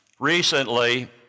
Recently